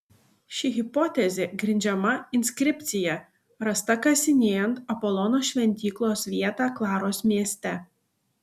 ši hipotezė grindžiama inskripcija rasta kasinėjant apolono šventyklos vietą klaros mieste